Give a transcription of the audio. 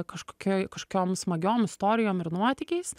kažkokioj kažkokiom smagiom istorijom ir nuotykiais